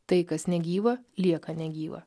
tai kas negyva lieka negyva